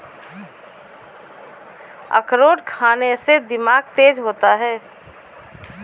अखरोट खाने से दिमाग तेज होता है